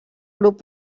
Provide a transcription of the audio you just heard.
grup